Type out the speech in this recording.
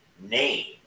name